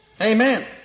amen